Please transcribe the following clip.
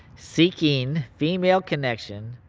seeking female connection.